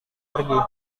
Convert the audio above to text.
pergi